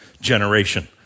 generation